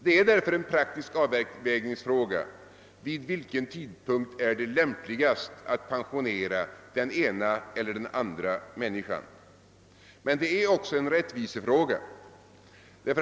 Det är därför en praktisk avvägningsfråga vid vilken tidpunkt det är lämpigast att pensionera den ena eller den andra människan. Men det är också en rättvisefråga.